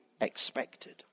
expected